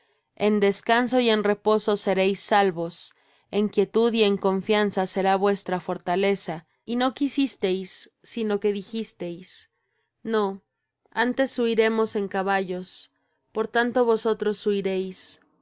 en descanso y en reposo seréis salvos en quietud y en confianza será vuestra fortaleza y no quisisteis sino que dijisteis no antes huiremos en caballos por tanto vosotros huiréis